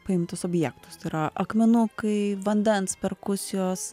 paimtus objektus tai yra akmenukai vandens perkusijos